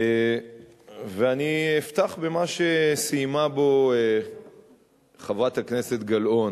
ואני אפתח במה שסיימה בו חברת הכנסת גלאון.